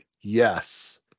yes